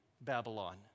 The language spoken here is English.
Babylon